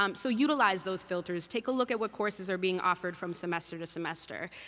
um so utilize those filters. take a look at what courses are being offered from semester to semester.